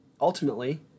Ultimately